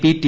P T